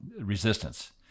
resistance